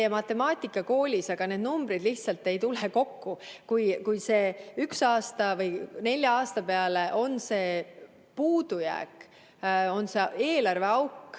matemaatika koolis, aga need numbrid lihtsalt ei tule kokku. Kui üks aasta või nelja aasta peale on see puudujääk, see eelarveauk,